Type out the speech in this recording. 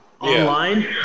online